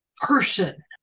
person